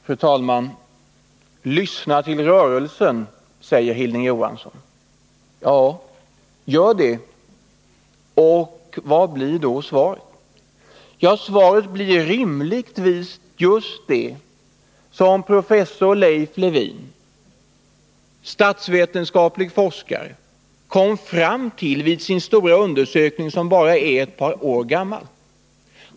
Fru talman! Vi skall lyssna till rörelsen, säger Hilding Johansson. Ja, gör det! Och vad blir då svaret? Jo, rimligtvis just det som professor Leif Lewin, statsvetenskaplig forskare, kom fram till i sin stora undersökning, som bara är ett par år gammal.